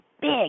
big